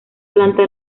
planta